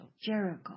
Jericho